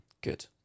Good